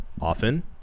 often